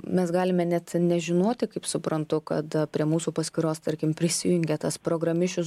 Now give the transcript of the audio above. mes galime net nežinoti kaip suprantu kad prie mūsų paskyros tarkim prisijungė tas programišius